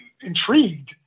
intrigued